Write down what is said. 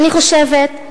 אני חושבת,